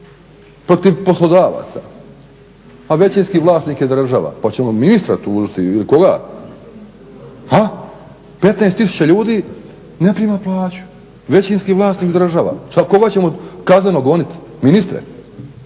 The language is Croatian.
protiv poslodavaca a većinski vlasnik je država, pa ćemo ministra tužiti il koga, ha? 15 tisuća ljudi ne prima plaću, većinski vlasnik država, koga ćemo kazneno gonit, ministre?